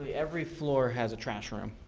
every floor has a trash room.